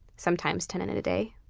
sometimes ten and in a day.